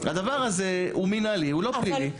הדבר הזה הוא מינהלי, הוא לא פלילי.